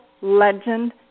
legend